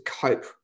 cope